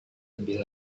lebih